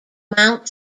mount